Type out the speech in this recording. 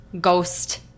ghost